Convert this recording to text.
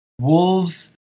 Wolves